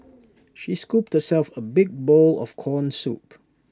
she scooped herself A big bowl of Corn Soup